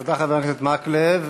תודה, חבר הכנסת מקלב.